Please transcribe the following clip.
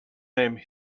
name